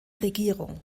regierung